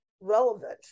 relevant